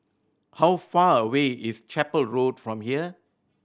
how far away is Chapel Road from here